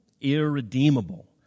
irredeemable